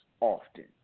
often